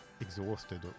exhausted